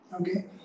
Okay